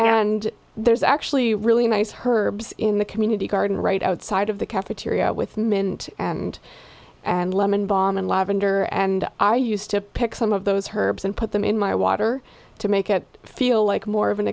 and there's actually a really nice herb in the community garden right outside of the cafeteria with mint and and lemon bahman lavender and i used to pick some of those herb and put them in my water to make it feel like more of an